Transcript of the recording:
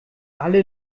alle